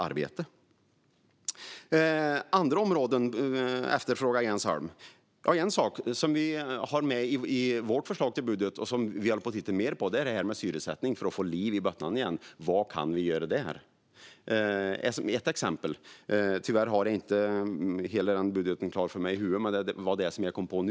Jens Holm efterfrågar andra områden. En sak som vi har med i vårt förslag till budget och som vi håller på att titta på gäller syresättning för att få liv i bottnarna igen. Vad kan vi göra där? Det är ett exempel. Tyvärr har jag inte hela denna budget i huvudet. Men det var detta som jag kom på nu.